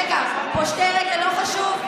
רגע, פושטי רגל זה לא חשוב?